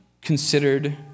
considered